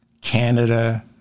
Canada